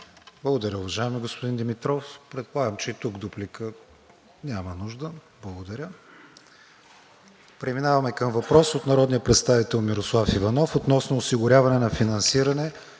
Благодаря, уважаеми господин Димитров. Предполагам, че тук дуплика няма да има. Преминаваме към въпрос от народния представител Мирослав Иванов относно осигуряване на финансиране